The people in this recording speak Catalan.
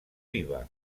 viva